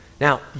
Now